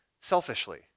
selfishly